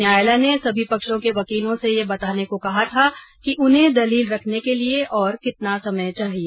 न्यायालय ने सभी पक्षों के वकीलों से ये बताने को कहा था कि उन्हें दलील रखने के लिए और कितना समय चाहिए